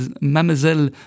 Mademoiselle